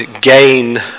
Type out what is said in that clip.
gain